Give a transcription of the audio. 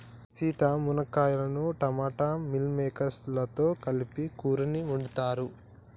సీత మునక్కాయలను టమోటా మిల్ మిల్లిమేకేర్స్ లతో కలిపి కూరని వండుతారు